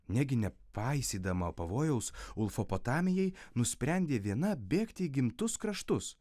negi nepaisydama pavojaus ulfopotamijai nusprendė viena bėgti į gimtus kraštus